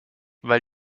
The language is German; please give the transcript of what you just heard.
weil